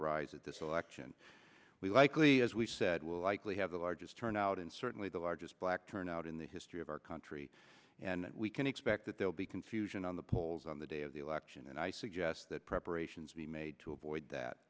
arise at this election likely as we said will likely have the largest turnout and certainly the largest black turnout in the history of our country and we can expect that they will be confusion on the polls on the day of the election and i suggest that preparations be made to avoid that